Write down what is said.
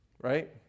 right